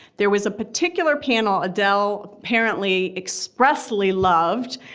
there was a particular panel adele apparently expressly loved.